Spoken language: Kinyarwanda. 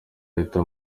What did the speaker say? leta